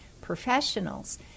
professionals